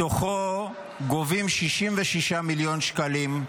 מתוכו גובים 66 מיליון שקלים,